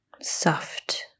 Soft